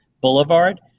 Boulevard